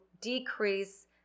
decrease